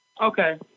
Okay